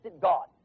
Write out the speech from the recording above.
God